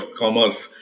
commerce